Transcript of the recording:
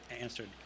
answered